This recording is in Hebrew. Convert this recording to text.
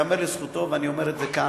ייאמר לזכותו, ואני אומר את זה כאן,